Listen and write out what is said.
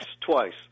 twice